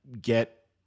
get